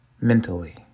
mentally